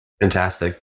Fantastic